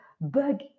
bug